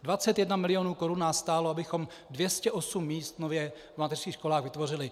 21 milionů korun nás stálo, abychom 208 míst nově v mateřských školách vytvořili.